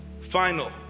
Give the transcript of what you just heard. final